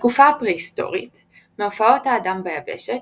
התקופה הפרה-היסטורית מהופעת האדם ביבשת,